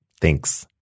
Thanks